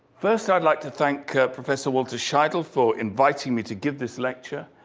first, i'd like to thank professor walter scheidel for inviting me to give this lecture,